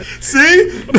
see